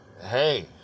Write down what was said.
hey